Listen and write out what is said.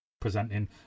presenting